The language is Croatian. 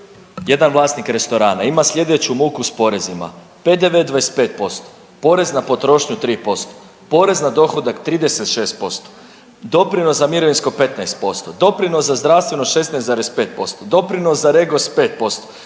jedan vlasnik restorana ima sljedeću muku s porezima PDV-e 25%, porez na potrošnju 3%, porez na dohodak 36%, doprinos za mirovinsko 15%, doprinos za zdravstveno 16,5%, doprinos za REGOS 5%,